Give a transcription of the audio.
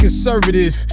conservative